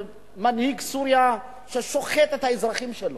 שמנהיג סוריה שוחט את האזרחים שלו,